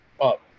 up